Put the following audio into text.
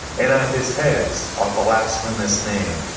and on his heads a blasphemous name.